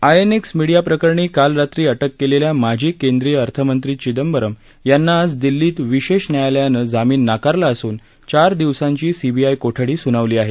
INX media प्रकरणी काल रात्री अटक केलेल्या माजी केंद्रीय अर्थमंत्री चिदंबरम यांना आज दिल्लीत विशेष न्यायालयानं जामीन नाकारला असून चार दिवसांची सीबीआय कोठडी सुनावली आहे